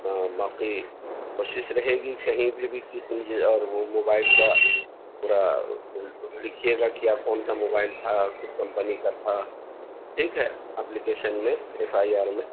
ہاں باقی کوشش رہے گی کہیں پہ بھی کسی جگہ اور وہ موبائل کا پورا لکھیے گا کیا کون سا موبائل تھا اور کس کمپنی کا تھا ٹھیک ہے اپلیکیشن میں ایف آئی آر میں